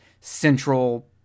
central